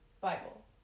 Bible